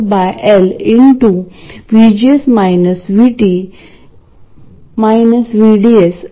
तर ही एक अनावश्यक गुंतागुंत आहे आपल्याला या RL नी कोणताही ऑपरेटिंग पॉईंट करंट ड्रॉ करायला नको आहे ते पूर्णपणे निरुपयोगी आहे